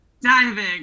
diving